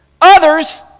others